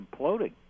imploding